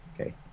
Okay